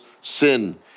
sin